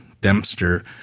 Dempster